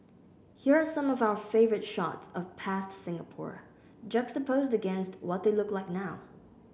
here are some of our favourite shots of past Singapore juxtaposed against what they look like now